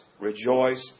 rejoice